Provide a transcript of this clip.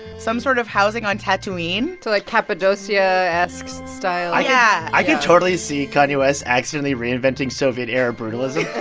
some sort of housing on tatooine so like, cappadocia-esque-style. yeah i could totally see kanye west accidently reinventing soviet-era brutalism.